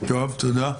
תודה.